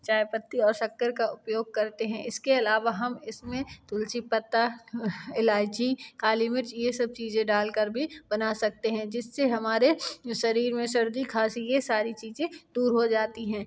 चाय पत्ती और शक्कर का उपयोग करते हैं इसके अलावा हम इसमें तुलसी पत्ता इलाईची काली मिर्च ये सब चीजें डाल कर भी बना सकते हैं जिससे हमारे शरीर में सर्दी खाँसी ये सारी चीज़ें दूर हो जाती हैं